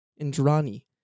Indrani